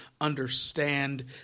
understand